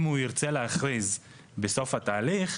אם הוא ירצה להכריז בסוף התהליך,